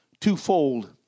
twofold